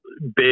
big